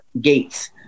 gates